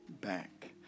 back